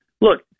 look